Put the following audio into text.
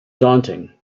daunting